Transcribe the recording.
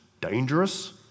dangerous